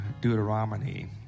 Deuteronomy